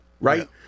right